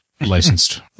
licensed